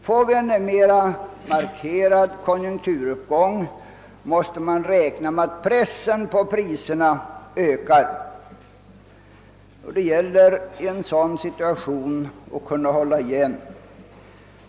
Får vi en mera markerad konjunkturuppgång måste vi räkna med att pressen på pri serna ökar, och det gäller i en sådan situation att kunna hålla igen.